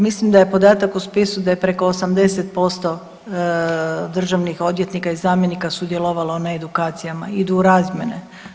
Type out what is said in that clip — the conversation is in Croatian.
Mislim da je podatak u spisu da je preko 80% državnih odvjetnika i zamjenika sudjelovalo na edukacijama, idu u razmjene.